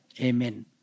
Amen